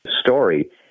story